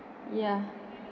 yeah